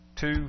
Two